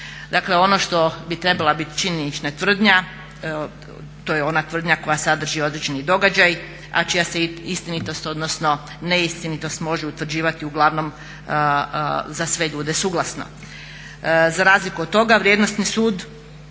Dakle, ono što bi trebala biti činjenična tvrdnja, to je ona tvrdnja koja sadrži određeni događaj a čija se istinitost odnosno neistinitost može utvrđivati uglavnom za sve ljude suglasno. Za razliku od toga vrijednosni sud